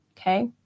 okay